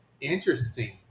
Interesting